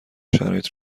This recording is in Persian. شرایط